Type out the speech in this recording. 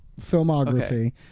filmography